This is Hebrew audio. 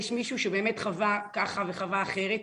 יש מישהו שבאמת חווה ככה וחווה אחרת,